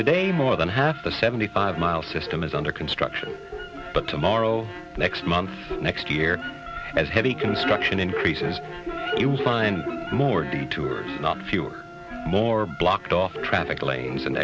today more than half the seventy five mile system is under construction but tomorrow next month next year as heavy construction increases it will find more detours not fewer more blocked off traffic lanes and